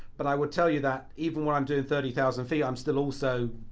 but i will tell you that, even when i'm doing thirty thousand feet i'm still also